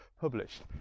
published